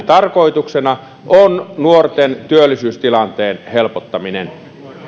tarkoituksena on nuorten työllisyystilanteen helpottaminen